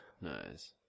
Nice